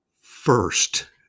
first